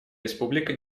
республика